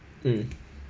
mm